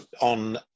on